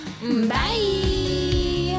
Bye